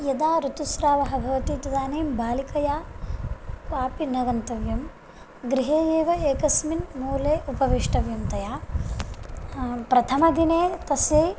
यदा ऋतुस्रावः भवति तदानीं बालिकया क्वापि न गन्तव्यं गृहे एव एकस्मिन् मूले उपवेष्टव्यं तया प्रथमदिने तस्यै